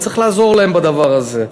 צריך לעזור להם בדבר הזה.